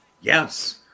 Yes